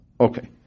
Okay